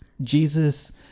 Jesus